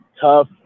tough